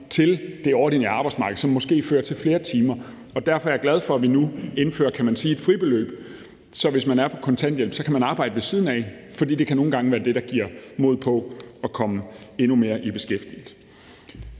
til det ordinære arbejdsmarked, og som måske fører til flere timer. Derfor er jeg glad for, at vi nu indfører, kan man sige, et fribeløb, så man, hvis man er på kontanthjælp, kan arbejde ved siden af, for det kan nogle gange være det, der giver mod på at komme endnu mere i beskæftigelse.